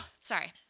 Sorry